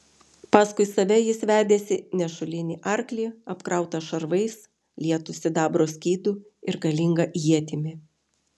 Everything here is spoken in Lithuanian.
paskui save jis vedėsi nešulinį arklį apkrautą šarvais lietu sidabro skydu ir galinga ietimi